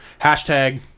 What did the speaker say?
Hashtag